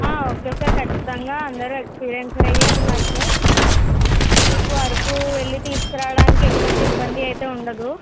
ఆ okay sir ఖచ్చితంగా అందరు ఎక్స్పీరియన్స్డ్ అయ్యే ఉన్నారు సార్ మీకు అరకు వెళ్ళి తీసుకురావడానికి ఎటువంటి ఇబ్బంది అయితే ఉండదు